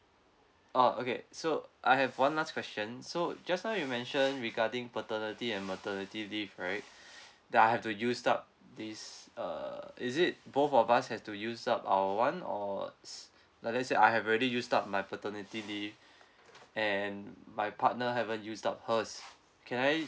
oh okay so I have one last question so just now you mentioned regarding paternity and maternity leave right that I have to use up this uh is it both of us have to use up our [one] or s~ uh let's say I have already used up my paternity leave and my partner haven't haven't used up hers can I